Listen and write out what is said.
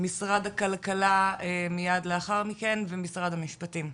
משרד הכלכלה מייד לאחר מכן ומשרד המשפטים.